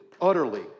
utterly